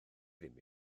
ddim